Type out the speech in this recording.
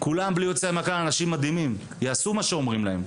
הם אנשים מדהימים שיעשו מה שאומרים להם.